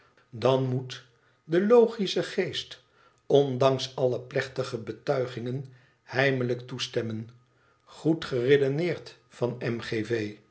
dan moet de logische geest ondanks alle plechtige betuigingen heimelijk toestemmen igoed geredeneerd van m g v